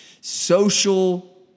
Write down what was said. social